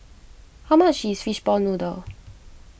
how much is Fishball Noodle